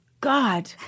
God